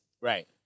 right